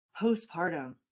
postpartum